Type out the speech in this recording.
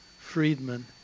freedman